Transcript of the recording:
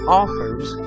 offers